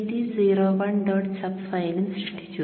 sub ഫയലും സൃഷ്ടിച്ചു